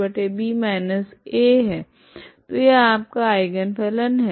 तो यह आपका आइगन फलन है